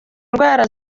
indwara